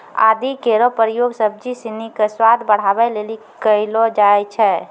आदि केरो प्रयोग सब्जी सिनी क स्वाद बढ़ावै लेलि कयलो जाय छै